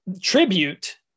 Tribute